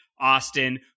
Austin